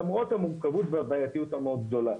למרות המורכבות והבעייתיות המאוד גדולה.